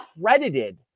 credited